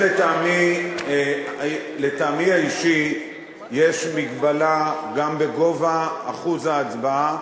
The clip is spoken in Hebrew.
לטעמי האישי יש מגבלה גם בגובה אחוז ההצבעה,